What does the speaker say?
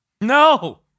No